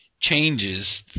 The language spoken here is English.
changes